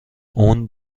اون